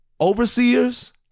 overseers